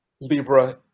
Libra